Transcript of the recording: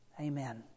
Amen